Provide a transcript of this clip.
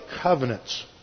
covenants